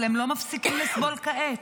אבל הם לא מפסיקים לסבול כעת.